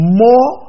more